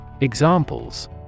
Examples